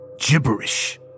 gibberish